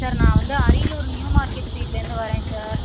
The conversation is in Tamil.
சார் நான் வந்து அரியலூர் நியூ மார்க்கெட் ஸ்ட்ரீட்லேருந்து வர்றேன் சார்